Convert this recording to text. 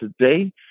today